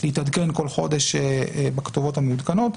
להתעדכן כל חודש בכתובות המעודכנות,